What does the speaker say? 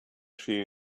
she